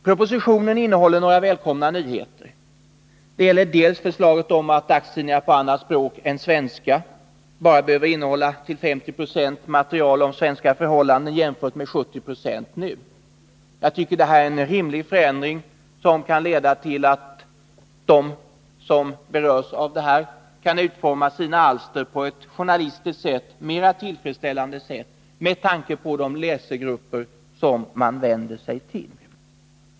Propositionen innehåller några välkomna nyheter. Det gäller dels förslaget att dagstidningar på annat språk än svenska bara till 50 20 behöver innehålla material om svenska förhållanden, jämfört med 70 26 nu. Jag tycker detta är en rimlig förändring, som kan leda till att de som berörs av den kan utforma sina alster på ett journalistiskt mera tillfredsställande sätt, med tanke på de läsargrupper som man vänder sig till.